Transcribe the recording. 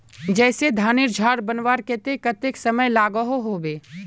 जैसे धानेर झार बनवार केते कतेक समय लागोहो होबे?